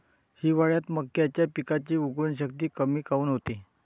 हिवाळ्यात मक्याच्या पिकाची उगवन शक्ती कमी काऊन होते?